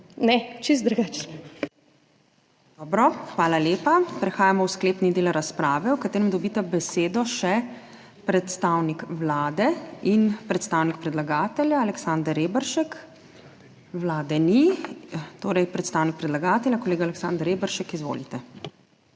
Dobro. Hvala lepa. Prehajamo v sklepni del razprave, v katerem dobita besedo še predstavnik Vlade in predstavnik predlagatelja Aleksander Reberšek. Vlade ni, torej predstavnik predlagatelja, kolega Aleksander Reberšek. Izvolite.